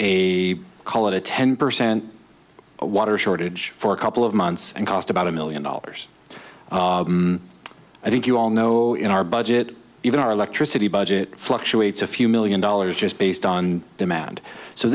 a call it a ten percent water shortage for a couple of months and cost about a million dollars i think you all know in our budget even our electricity budget fluctuates a few million dollars just based on demand so